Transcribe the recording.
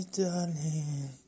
darling